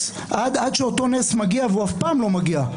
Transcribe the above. עד שאותו נס מגיע הוא אף פעם לא מגיע.